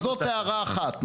זאת הערה אחת.